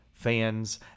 fans